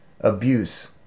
Abuse